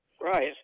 right